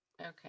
okay